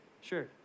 Sure